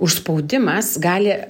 užspaudimas gali